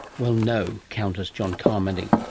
well no, counters john carmody,